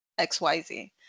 XYZ